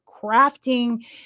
crafting